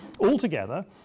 altogether